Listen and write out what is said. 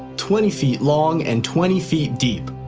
twenty feet long, and twenty feet deep.